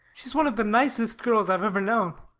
she is one of the nicest girls i've ever known.